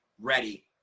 ready